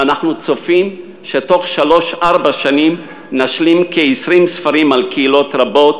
ואנחנו צופים שבתוך שלוש-ארבע שנים נשלים כ-20 ספרים על קהילות רבות,